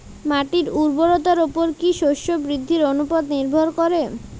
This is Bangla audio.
মাটির উর্বরতার উপর কী শস্য বৃদ্ধির অনুপাত নির্ভর করে?